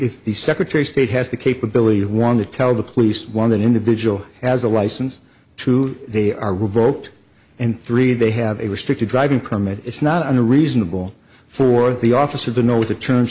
is the secretary of state has the capability of one to tell the police one an individual has a license to they are revoked and three they have a restricted driving permit it's not a reasonable for the officer to know what the terms